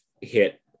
hit